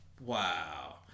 Wow